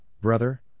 brother